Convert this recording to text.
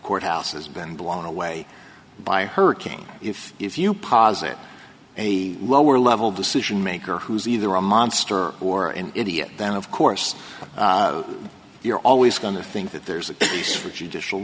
courthouse has been blown away by a hurricane if if you posit a lower level decision maker who's either a monster or an idiot then of course you're always going to think that there's a case for judicial